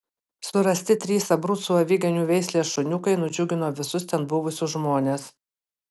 surasti trys abrucų aviganių veislės šuniukai nudžiugino visus ten buvusius žmones